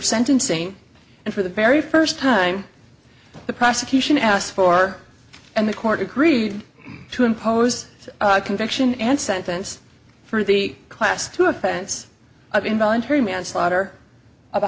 sentencing and for the very first time the prosecution asked for and the court agreed to impose a conviction and sentence for the class two offense of involuntary manslaughter of a